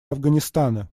афганистана